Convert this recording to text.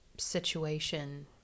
situation